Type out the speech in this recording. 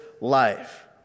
life